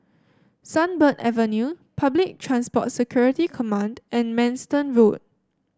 Sunbird Avenue Public Transport Security Command and Manston Road